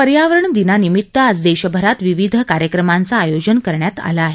पर्यावरण दिनानिमित्त आज देशभरात विविध कार्यक्रमांचं आयोजन करण्यात आलं आहे